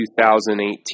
2018